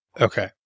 Okay